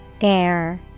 Air